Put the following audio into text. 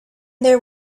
there